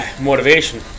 motivation